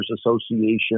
Association